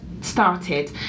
started